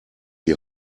die